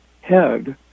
head